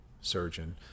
surgeon